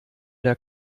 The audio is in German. der